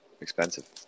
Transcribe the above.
expensive